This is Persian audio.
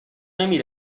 نمی